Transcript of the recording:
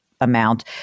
amount